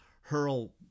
hurl